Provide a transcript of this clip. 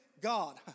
God